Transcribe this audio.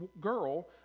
girl